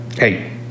Hey